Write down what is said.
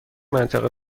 منطقه